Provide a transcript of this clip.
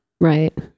right